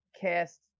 cast